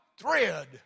thread